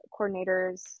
coordinators